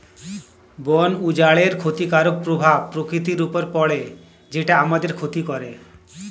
বন উজাড়ের ক্ষতিকারক প্রভাব প্রকৃতির উপর পড়ে যেটা আমাদের ক্ষতি করে